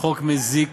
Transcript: חוק מזיק,